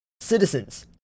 citizens